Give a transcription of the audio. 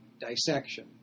dissection